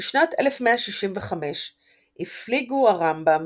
בשנת 1165 הפליגו הרמב"ם